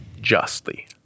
justly